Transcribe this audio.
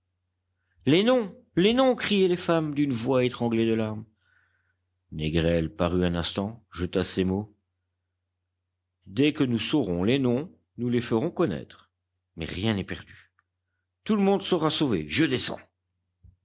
les noms les noms criaient les femmes d'une voix étranglée de larmes négrel parut un instant jeta ces mots dès que nous saurons les noms nous les ferons connaître mais rien n'est perdu tout le monde sera sauvé je descends